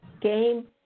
Game